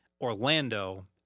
Orlando